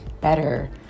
better